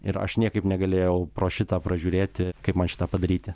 ir aš niekaip negalėjau pro šitą pražiūrėti kaip man šitą padaryti